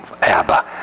Abba